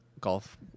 golf